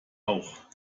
auch